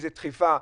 איזה דחיפה,